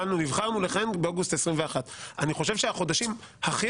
נבחרנו לכהן באוגוסט 21'. אני חושב שהחודשים הכי